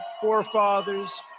forefathers